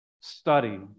study